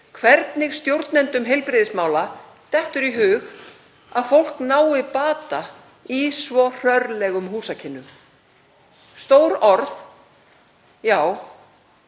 hvernig stjórnendum heilbrigðismála dettur í hug að fólk nái bata í svo hrörlegum húsakynnum. Stór orð, já,